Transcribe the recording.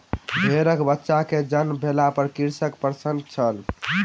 भेड़कबच्चा के जन्म भेला पर कृषक प्रसन्न छल